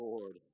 Lord